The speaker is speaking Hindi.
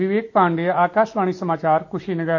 विवेक पाण्डेय आकाशवाणी समाचार कुशीनगर